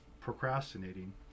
procrastinating